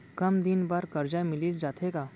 कम दिन बर करजा मिलिस जाथे का?